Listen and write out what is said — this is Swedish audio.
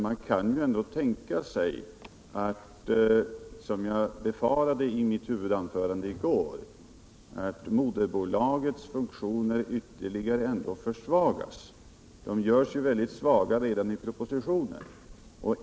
Man kan tänka sig, som jag befarade i mitt huvudanförande i går, att moderbolagets funktioner ytterligare försvagas — de görs ju mycket svaga redan i propositionen.